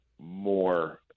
more